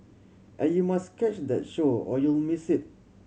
and you must catch that window or you'll miss it